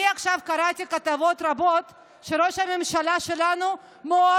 אני עכשיו קראתי כתבות רבות שראש הממשלה שלנו מאוד,